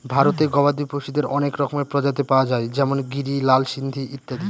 ভারতে গবাদি পশুদের অনেক রকমের প্রজাতি পাওয়া যায় যেমন গিরি, লাল সিন্ধি ইত্যাদি